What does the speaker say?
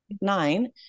nine